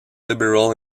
liberal